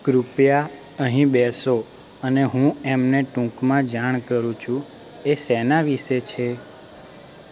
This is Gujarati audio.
કૃપયા અહીં બેસો અને હું એમને ટૂંકમાં જાણ કરું છું એ શેના વિશે છે